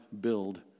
build